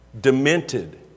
demented